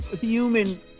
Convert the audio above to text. human